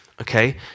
Okay